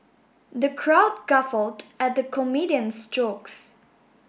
the crowd guffawed at the comedian's jokes